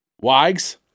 Wags